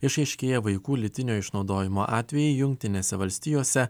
išaiškėję vaikų lytinio išnaudojimo atvejai jungtinėse valstijose